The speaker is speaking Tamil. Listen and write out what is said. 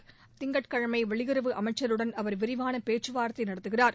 வரும் திங்கட்கிழமை வெளியுறவு அமைச்சருடன் அவர் விரிவான பேச்சு நடத்துகிறார்